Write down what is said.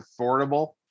affordable